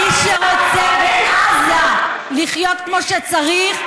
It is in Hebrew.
מי שרוצה בעזה לחיות כמו שצריך,